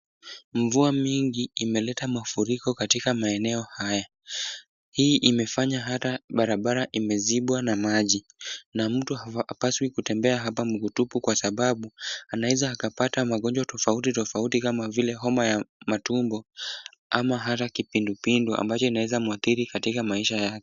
Mvua mingi imeleta mafuriko katika maeneo haya. Hii imefanya hata barabara imezibwa na maji na mtu hapaswi kutembea hapa mguu tupu kwa sababu anaweza akapata magonjwa tofauti tofauti kama vile homa ya matumbo ama hata kipindupindu ambayo inaweza muathiri katika maisha yake.